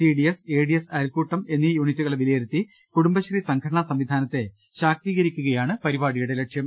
CDS ADS അയൽക്കൂട്ടം എന്നീ യൂണിറ്റുകളെ വിലയിരുത്തി കുടുംബശ്രീ സംഘടനാ സംവിധാനത്തെ ശാക്തീകരിക്കുകയാണ് പരിപാടിയുടെ ലക്ഷ്യം